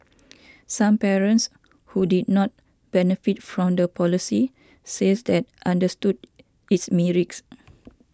some parents who did not benefit from the policy says that understood its merits